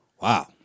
Wow